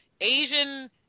Asian